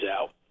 out